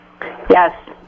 Yes